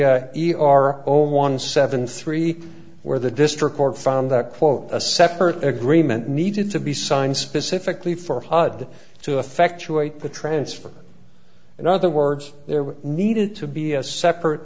really our own one seven three where the district court found that quote a separate agreement needed to be signed specifically for hud to effect to eat the transfer in other words there needed to be a separate